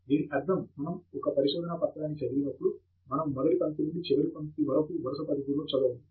ఫణికుమార్ దీని అర్థం మనం ఒక పరిశోధనా పత్రాన్ని చదివినప్పుడు మనము మొదటి పంక్తి నుండి చివరి పంక్తి వరకు వరుస పద్ధతిలో చదవము